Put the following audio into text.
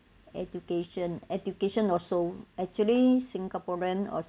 education education also actually singaporean also